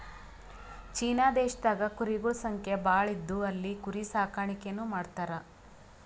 China ದೇಶದಾಗ್ ಕುರಿಗೊಳ್ ಸಂಖ್ಯಾ ಭಾಳ್ ಇದ್ದು ಅಲ್ಲಿ ಕುರಿ ಸಾಕಾಣಿಕೆನೂ ಮಾಡ್ತರ್